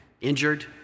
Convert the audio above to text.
injured